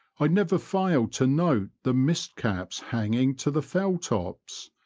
i never failed to note the mist caps hanging to the fell-tops,